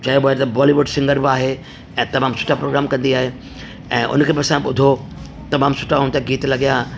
चयो वञे त बॉलीवुड सिंगर बि आहे ऐं तमामु सुठा प्रोग्राम कंदी आहे ऐं उनखे बि असां ॿुधो तमामु सुठा हूअं त गीत लॻिया